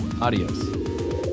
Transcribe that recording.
Adios